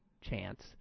chance